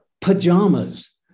pajamas